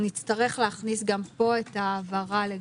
נצטרך להכניס גם פה את ההבהרה: